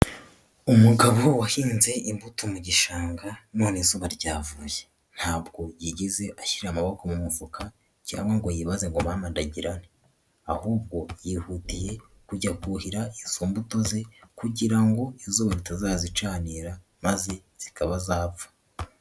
Umugabo wahinze imbuto mu gishanga none izuba ryavuye, ntabwo yigeze ashyira amaboko mu mufuka cyangwa ngo yibaze ngo: "Mama ndagira nte?", ahubwo yihutiye kujya kuhira izo mbuto ze kugira ngo izuba ritazazicanira maze zikaba zapfa.